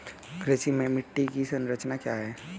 कृषि में मिट्टी की संरचना क्या है?